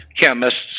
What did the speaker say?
chemists